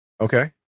Okay